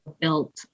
built